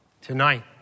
tonight